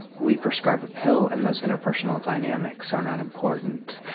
we prescribed a pill and those interpersonal dynamics are not important.